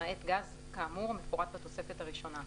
למעט גז כאמור המפורט בתוספת הראשונה,